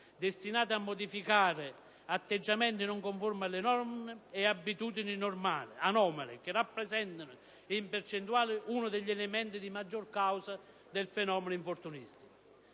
destinate a modificare atteggiamenti non conformi alle norme e abitudini anomale che rappresentano, in percentuale, uno degli elementi di maggior causa del fenomeno infortunistico